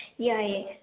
ꯌꯥꯏꯌꯦ